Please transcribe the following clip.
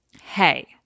hey